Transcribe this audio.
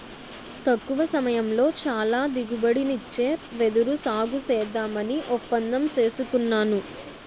తక్కువ సమయంలో చాలా దిగుబడినిచ్చే వెదురు సాగుసేద్దామని ఒప్పందం సేసుకున్నాను